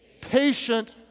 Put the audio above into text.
patient